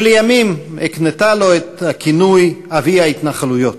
שלימים הקנתה לו את הכינוי "אבי ההתנחלויות".